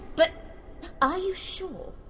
but are you sure?